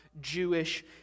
Jewish